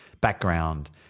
background